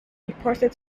reported